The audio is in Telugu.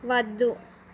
వద్దు